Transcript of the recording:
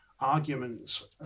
arguments